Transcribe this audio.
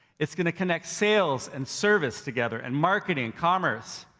it's gonna connect sales and service together and marketing, commerce,